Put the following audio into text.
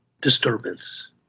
disturbance